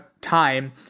time